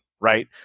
Right